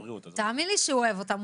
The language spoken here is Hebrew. תאמין לי שהוא אוהב אותם.